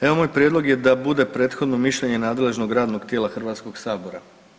Evo moj prijedlog je da bude prethodno mišljenje nadležnog radnog tijela Hrvatskog sabora.